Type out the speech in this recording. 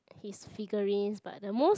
his figurines but the most